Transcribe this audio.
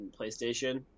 PlayStation